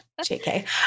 JK